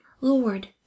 lord